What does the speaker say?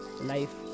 life